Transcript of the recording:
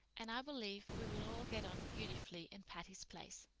and i believe we will all get on beautifully in patty's place.